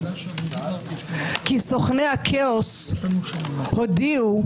כי סוכני הכאוס הודיעו,